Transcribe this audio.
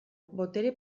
botere